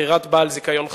לבחירת בעל זיכיון חדש.